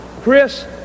Chris